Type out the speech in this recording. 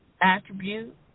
attribute